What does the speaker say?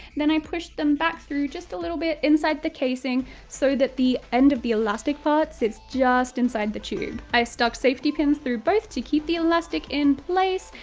then i pushed them back through, just a little bit, inside the casing so that the end of the elastic part sits just inside the tube. i stuck safety pins through both to keep the elastic in place,